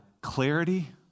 clarity